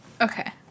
okay